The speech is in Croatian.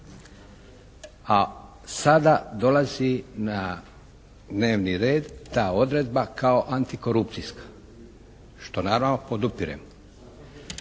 A sada dolazi na dnevni red ta odredba kao antikorupcijska što naravno podupirem.